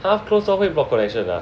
ha close door 会 block connection ah